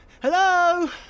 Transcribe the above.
Hello